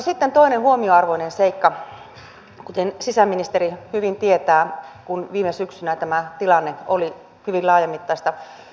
sitten toinen huomionarvoinen seikka kuten sisäministeri hyvin tietää kun viime syksynä tämä tilanne oli hyvin laajamittaista